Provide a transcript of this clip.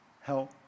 help